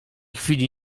chwili